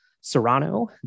Serrano